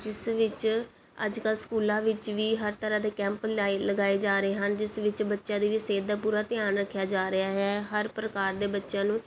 ਜਿਸ ਵਿੱਚ ਅੱਜ ਕੱਲ੍ਹ ਸਕੂਲਾਂ ਵਿੱਚ ਵੀ ਹਰ ਤਰ੍ਹਾਂ ਦੇ ਕੈਂਪ ਲਾਏ ਲਗਾਏ ਜਾ ਰਹੇ ਹਨ ਜਿਸ ਵਿੱਚ ਬੱਚਿਆਂ ਦੀ ਵੀ ਸਿਹਤ ਦਾ ਪੂਰਾ ਧਿਆਨ ਰੱਖਿਆ ਜਾ ਰਿਹਾ ਹੈ ਹਰ ਪ੍ਰਕਾਰ ਦੇ ਬੱਚਿਆਂ ਨੂੰ